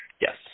Yes